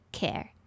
care